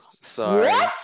sorry